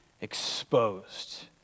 exposed